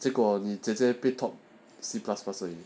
结果你姐姐